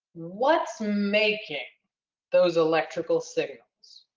what's making those electrical signals?